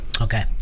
Okay